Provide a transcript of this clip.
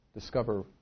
discover